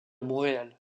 montréal